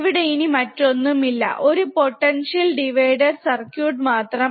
ഇവിടെ ഇനി മറ്റൊന്നുമില്ല ഒരു പൊട്ടൻഷ്യൽ ഡിവിടർ സർക്യൂട്ട് മാത്രം